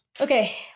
Okay